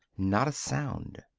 not a sound.